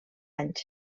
anys